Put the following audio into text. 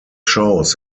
shows